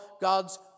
God's